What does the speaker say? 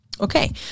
Okay